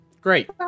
great